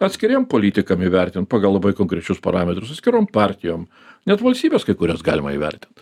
atskiriem politikam įvertint pagal labai konkrečius parametrus atskirom partijom net valstybes kai kurias galima įvertint